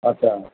আচ্ছা